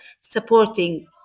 supporting